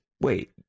wait